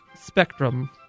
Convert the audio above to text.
spectrum